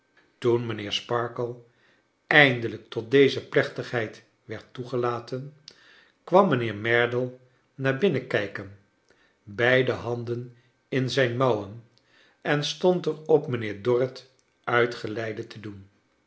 toen mijnheer sparkler eindelijk tot deze plechtigheid werd toegelaten kwam mijnheer merdle naar binnen kijken t beide handen in zijn mouwen en stond er op mijnheer dorrit uitgeleide te doen